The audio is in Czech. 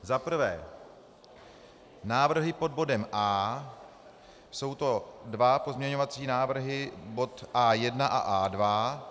Za prvé návrhy pod bodem A. Jsou to dva pozměňovací návrhy, bod A1 a A2.